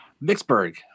Vicksburg